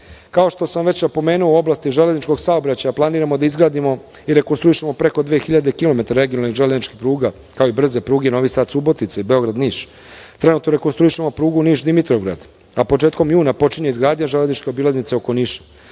što sam već napomenuo, u oblasti železničkog saobraćaja planiramo da izgradimo i rekonstruišemo preko 2000 kilometara regionalnih železničkih pruga, kao i brze pruge Novi Sad-Subotica i Beograd-Niš. Trenutno rekonstruišemo prugu Niš-Dimitrovgrad, a početkom juna počinje izgradnja železničke obilaznice oko Niša.